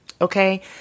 okay